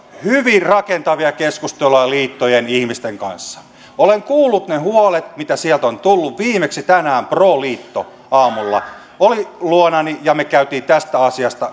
hyvin rakentavia keskusteluja liittojen ihmisten kanssa olen kuullut ne huolet mitä sieltä on tullut viimeksi tänään pro liitto aamulla oli luonani ja me kävimme tästä asiasta